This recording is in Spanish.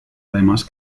además